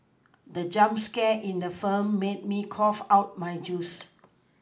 the jump scare in the film made me cough out my juice